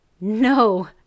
No